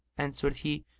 answered he,